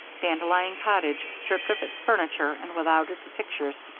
dandelion cottage, stripped of its furniture and without its pictures,